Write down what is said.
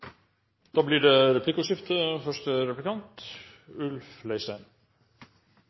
da blir det